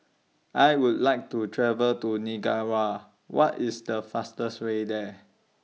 I Would like to travel to Nicaragua What IS The fastest Way There